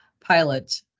pilot